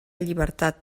llibertat